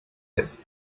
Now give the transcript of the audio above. hits